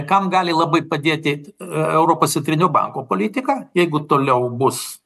kam gali labai padėti europos centrinio banko politika jeigu toliau bus